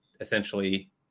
essentially